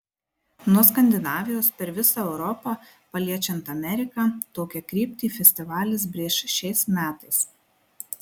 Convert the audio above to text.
nuo skandinavijos per visą europą paliečiant ameriką tokią kryptį festivalis brėš šiais metais